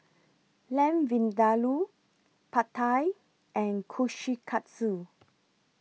Lamb Vindaloo Pad Thai and Kushikatsu